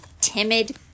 Timid